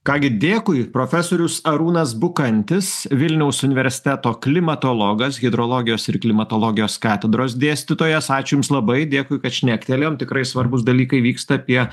ką gi dėkui profesorius arūnas bukantis vilniaus universiteto klimatologas hidrologijos ir klimatologijos katedros dėstytojas ačiū jums labai dėkui kad šnektelėjom tikrai svarbūs dalykai vyksta apie